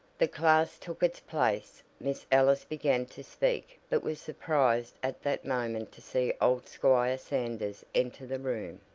the class took its place. miss ellis began to speak but was surprised at that moment to see old squire sanders enter the room.